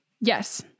Yes